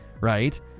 right